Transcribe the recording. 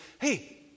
hey